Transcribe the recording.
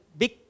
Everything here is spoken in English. big